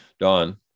Don